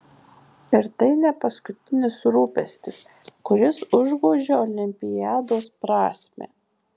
ir tai ne paskutinis rūpestis kuris užgožia olimpiados prasmę